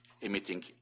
emitting